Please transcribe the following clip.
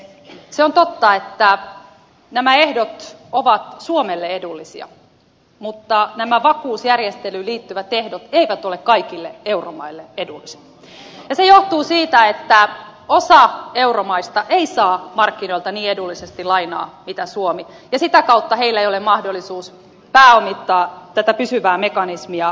se on totta että nämä ehdot ovat suomelle edullisia mutta nämä vakuusjärjestelyyn liittyvät ehdot eivät ole kaikille euromaille edullisia ja se johtuu siitä että osa euromaista ei saa markkinoilta niin edullisesti lainaa kuin suomi ja sitä kautta heillä ei ole mahdollisuutta pääomittaa tätä pysyvää mekanismia kerralla